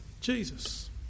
Jesus